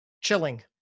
Chilling